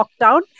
lockdown